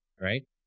Right